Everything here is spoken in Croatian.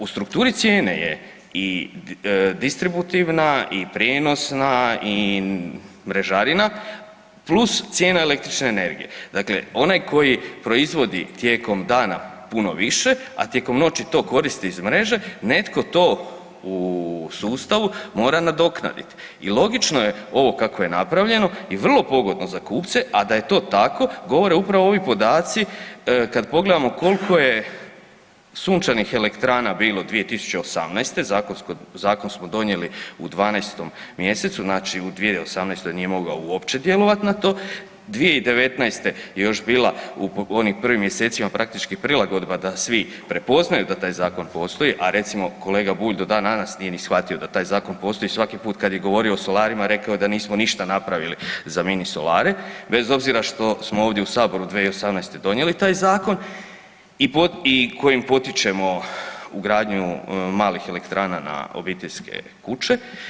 U strukturi cijene je i distributivna i prijenosna i mrežarina + cijena elektronične energije, dakle onaj koji proizvodi tijekom dana puno više, a tijekom noći to koristi iz mreže, netko to u sustavu mora nadoknaditi i logično je ovo kako je napravljeno i vrlo pogodno za kupce, a da je to tako govore upravo ovi podaci kad pogledamo koliko je sunčanih elektrana bilo 2018., zakon smo donijeli u 12. mj., znači u 2018. nije mogao uopće djelovati na to, 2019. je još bila u onim prvim mjesecima praktički prilagodba da svi prepoznaju da taj zakon, a recimo kolega Bulj do dan danas nije ni shvatio da taj zakon postoji i svaki put kad je govorio o solarima, rekao je da nismo ništa napravili za mini solare, bez obzira što smo ovdje u Saboru 2018. donijeli taj zakon i kojim potičemo ugradnju malih elektrana na obiteljske kuće.